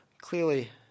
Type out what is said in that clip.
Clearly